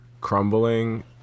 crumbling